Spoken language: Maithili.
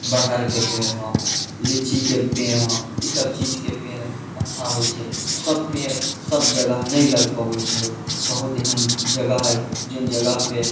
बरहरके पेड़ हउ लीचीके पेड़ हउ ईसब चीजके पेड़ अच्छा होइ छै सब पेड़ सब जगह नहि लगि पबै छै बहुत एहन जगह हइ जौन जगहपर